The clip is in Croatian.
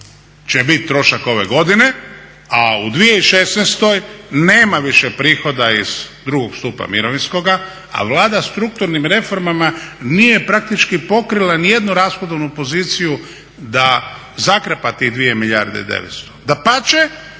će biti trošak ove godine, a u 2016. nema više prihoda iz drugog stupa mirovinskoga, a Vlada strukturnim reformama nije praktički pokrila ni jednu rashodovnu poziciju da zakrpa tih 2 milijarde i 900. Dapače,